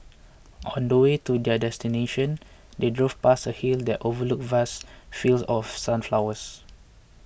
on the way to their destination they drove past a hill that overlooked vast fields of sunflowers